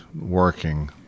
working